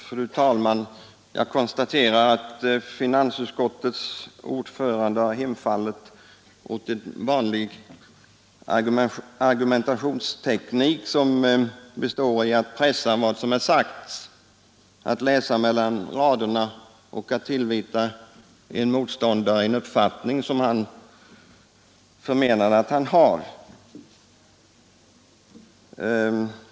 Fru talman! Jag konstaterar att finansutskottets ordförande har hem fallit åt en vanlig argumentationsteknik, som består i att pressa vad som har sagts, att läsa mellan raderna och tillvita en motståndare en uppfattning som han inte har.